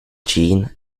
jean